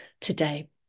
today